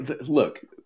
look